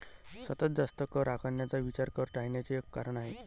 सतत जास्त कर आकारण्याचा विचार कर टाळण्याचे एक कारण आहे